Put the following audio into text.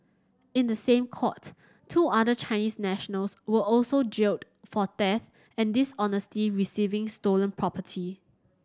in the same court two other Chinese nationals were also jailed for theft and dishonesty receiving stolen property